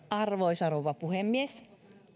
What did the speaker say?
arvoisa rouva puhemies